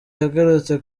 yagarutse